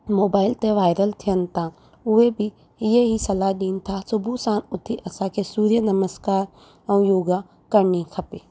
mobile ते viral थियनि था उहे बि इहे ई सलाह ॾियनि था सुबुहु साण उथी असांखे सूर्य नमस्कार ऐं योगा करिणी खपे